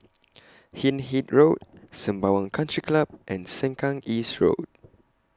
Hindhede Road Sembawang Country Club and Sengkang East Road